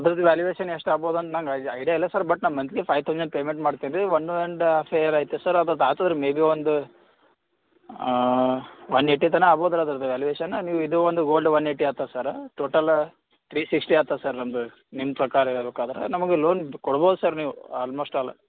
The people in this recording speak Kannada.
ಅದ್ರದ್ದು ವ್ಯಾಲ್ಯೂವೇಶನ್ ಎಷ್ಟಾಗ್ಬೋದು ಅಂದು ನಂಗೆ ಐಡಿಯಾ ಇಲ್ಲ ಸರ್ ಬಟ್ ನಮ್ಮ ಮಂತ್ಲಿ ಫೈ ತೌಸಂಡ್ ಪೇಮೆಂಟ್ ಮಾಡ್ತೀನಿ ರೀ ಒನ್ ಒಂಡಾ ಆ ಫೇರ್ ಐತೆ ಸರ್ ಅದು ಆತುರ ಮೇ ಬಿ ಒಂದು ಒನ್ ಏಯ್ಟಿ ತನ ಆಗ್ಬೋದು ಅದ್ರದ್ದು ವ್ಯಾಲ್ಯುವೇಶನ್ ನೀವು ಇದು ಒಂದು ಗೋಲ್ಡ್ ಒನ್ ಏಯ್ಟಿ ಆಯ್ತದ ಸರ್ ಟೋಟಲ್ ತ್ರೀ ಸಿಕ್ಸ್ಟಿ ಆಯ್ತದೆ ಸರ್ ನಮ್ಮದು ನಿಮ್ಮ ಪ್ರಕಾರ ಹೇಳ್ಬೇಕಾದ್ರೆ ನಮಗೆ ಲೋನ್ ಕೋಡ್ಬೋದು ಸರ್ ನೀವು ಆಲ್ಮೋಸ್ಟ್ ಆಲ್